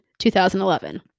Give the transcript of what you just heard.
2011